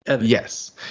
Yes